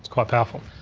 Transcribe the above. quite powerful.